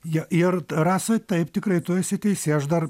jo ir rasa taip tikrai tu esi teisi aš dar